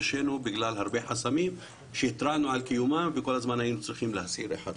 בגלל הרבה חסמים שהתרענו על קיומם וכל הזמן היינו צריכים להסיר אחד אחד.